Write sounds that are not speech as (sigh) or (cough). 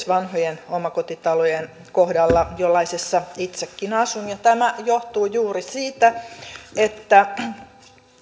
(unintelligible) vanhojen omakotitalojen kohdalla jollaisessa itsekin asun tämä johtuu juuri siitä että